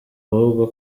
ahubwo